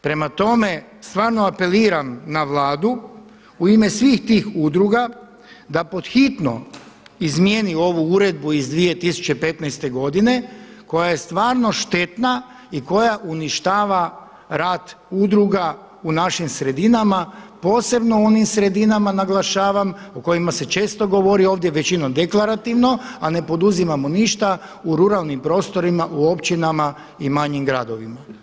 Prema tome, stvarno apeliram na Vladu u ime svih tih udruga da pod hitno izmijeni ovu uredbu iz 2015. godine koja je stvarno štetna i koja uništava rad udruga u našim sredinama, posebno u onim sredinama, naglašavam, o kojima se često govori ovdje većinom deklarativno, a ne poduzimamo ništa u ruralnim prostorima u općinama i manjim gradovima.